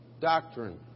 Doctrine